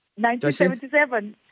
1977